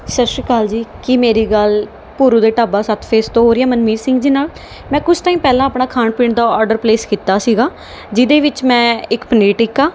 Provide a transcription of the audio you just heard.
ਸਤਿ ਸ਼੍ਰੀ ਅਕਾਲ ਜੀ ਕੀ ਮੇਰੀ ਗੱਲ ਭੂਰੂ ਦੇ ਢਾਬਾ ਸੱਤ ਫੇਸ ਤੋਂ ਹੋ ਰਹੀ ਹੈ ਮਨਮੀਤ ਸਿੰਘ ਜੀ ਨਾਲ ਮੈਂ ਕੁਛ ਟਾਈਮ ਪਹਿਲਾਂ ਆਪਣਾ ਖਾਣ ਪੀਣ ਦਾ ਔਡਰ ਪਲੇਸ ਕੀਤਾ ਸੀਗਾ ਜਿਹਦੇ ਵਿੱਚ ਮੈਂ ਇੱਕ ਪਨੀਰ ਟਿੱਕਾ